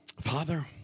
Father